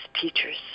teachers